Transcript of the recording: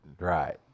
Right